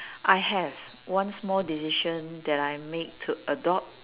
I have one small decision that I make to adopt